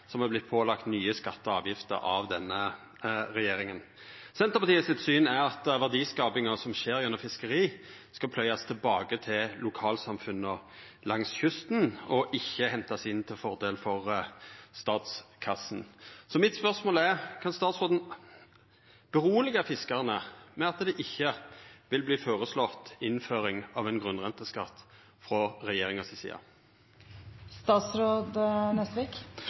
som har vorte pålagde nye skattar og avgifter av denne regjeringa. Senterpartiets syn er at verdiskapinga som skjer innan fiskeri, skal pløyast tilbake til lokalsamfunna langs kysten og ikkje hentast inn til fordel for statskassa. Mitt spørsmål er: Kan statsråden roa fiskarane med at det ikkje vil verta føreslått innføring av ein grunnrenteskatt frå regjeringa si